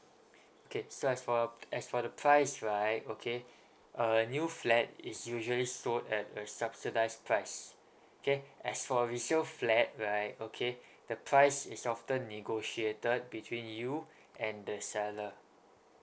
okay so as for as for the price right okay a new flat is usually sold at a subsidised price okay as for resale flat right okay the price is often negotiated between you and the seller